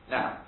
Now